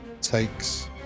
takes